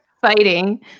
fighting